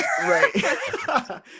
Right